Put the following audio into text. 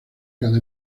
cada